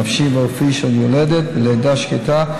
הנפשי והרפואי של יולדת בלידה שקטה,